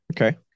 Okay